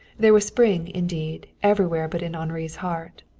there was spring indeed, everywhere but in henri's heart.